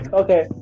okay